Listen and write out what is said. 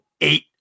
eight